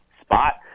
spot